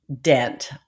dent